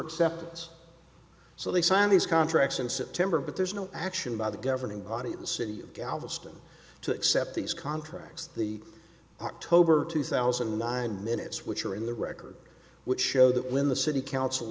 acceptance so they sign these contracts in september but there's no action by the governing body of this and you galveston to accept these contracts the october two thousand and nine minutes which are in the record which show that when the city council